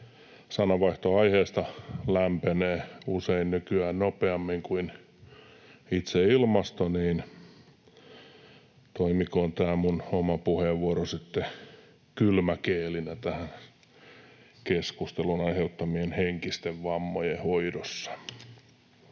Sananvaihto aiheesta lämpenee nykyään usein nopeammin kuin itse ilmasto, joten toimikoon tämä minun oma puheenvuoroni sitten kylmägeelinä keskustelun aiheuttamien henkisten vammojen hoidossa.